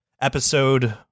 episode